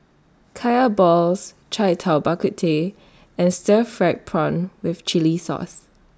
Kaya Balls Cai Tao Bak Kut Teh and Stir Fried Prawn with Chili Sauce